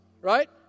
right